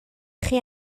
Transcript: chi